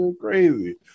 crazy